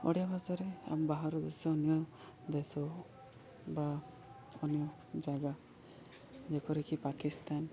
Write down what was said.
ଓଡ଼ିଆ ଭାଷାରେ ଆମ ବାହାର ଦେଶ ଅନ୍ୟ ଦେଶ ବା ଅନ୍ୟ ଜାଗା ଯେପରିକି ପାକିସ୍ତାନ